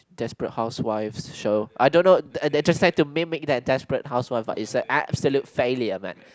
desperate housewife show I don't know and they just like to mimic that desperate housewife but it's a absolute failure man